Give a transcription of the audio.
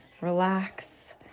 Relax